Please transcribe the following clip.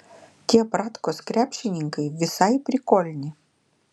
tie bratkos krepšininkai visai prikolni